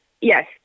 yes